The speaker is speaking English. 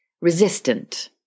resistant